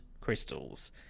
crystals